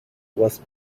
was